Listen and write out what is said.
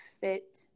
fit –